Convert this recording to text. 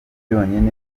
byonyine